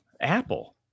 Apple